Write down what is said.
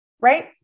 right